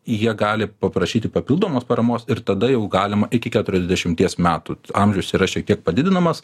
jie gali paprašyti papildomos paramos ir tada jau galima iki keturiasdešimties metų amžius yra šiek tiek padidinamas